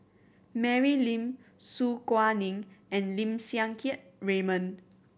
Mary Lim Su Guaning and Lim Siang Keat Raymond